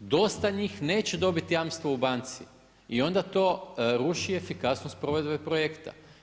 dosta njih neće dobiti jamstvo u banci i onda to ruši efikasnost provedbe projekta.